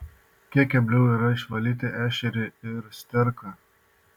kiek kebliau yra išvalyti ešerį ir sterką